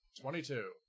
Twenty-two